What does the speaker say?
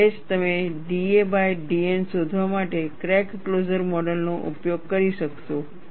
ત્યારે જ તમે da બાય dN શોધવા માટે ક્રેક ક્લોઝર મોડલનો ઉપયોગ કરી શકશો